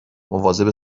مواظب